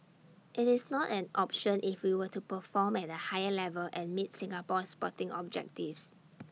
IT is not an option if we were to perform at A higher level and meet Singapore's sporting objectives